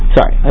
Sorry